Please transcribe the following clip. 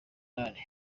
umunani